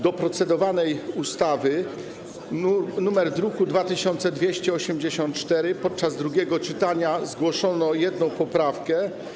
Do procedowanej ustawy, druk nr 2284, podczas drugiego czytania zgłoszono jedną poprawkę.